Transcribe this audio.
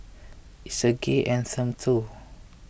it's a gay anthem too